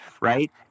right